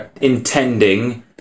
intending